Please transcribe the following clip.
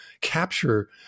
capture